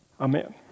Amen